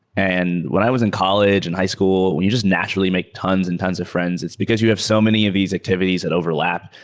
and when i was in college and high school, you just naturally make tons and tons of friends. it's because you have so many of these activities at overlap.